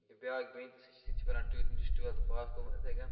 بیٚیہِ بیاکھ بیٚنہِ تہٕ سُہ سُہ تہِ چھِ پران ٹو یل چھِ ٹویلتھٕ پاس کوٚرمت اِتھے کٔنۍ